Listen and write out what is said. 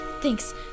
Thanks